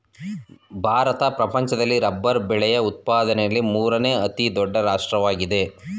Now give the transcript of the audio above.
ಭಾರತ ಪ್ರಪಂಚದಲ್ಲಿ ರಬ್ಬರ್ ಬೆಳೆಯ ಉತ್ಪಾದನೆಯಲ್ಲಿ ಮೂರನೇ ಅತಿ ದೊಡ್ಡ ರಾಷ್ಟ್ರವಾಗಿದೆ